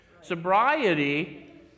Sobriety